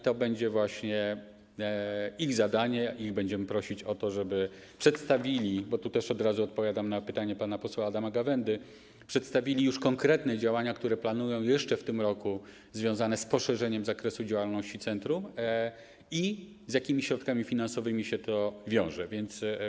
To będzie właśnie ich zadanie, będziemy ich prosić o to, żeby przedstawili - bo tu też od razu odpowiadam na pytanie pana posła Adama Gawędy - konkretne działania, które planują jeszcze w tym roku, związane z poszerzeniem zakresu działalności centrum, i wyjaśnili, z jakimi środkami finansowymi się to wiążę.